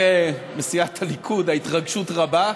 חבריי מסיעת הליכוד, ההתרגשות רבה,